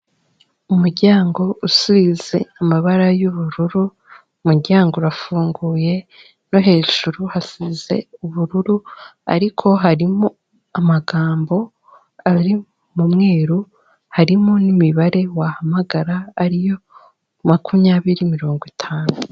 Umuryango usize amabara y'ubururu umuryango urafunguye no hejuru hasize ubururu ariko harimo amagambo ari mu mweruru harimo n'imibare wahamagara ariyo 2050.